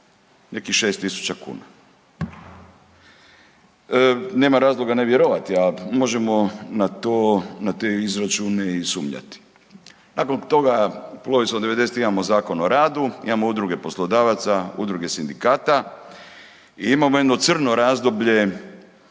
nekih 6.000 kuna. Nema razloga ne vjerovati, a možemo na te izračune i sumnjati. Nakon toga … imamo Zakon o radu, imamo udruge poslodavaca, udruge sindikata i imamo jedno crno razdoblje